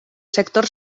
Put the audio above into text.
sector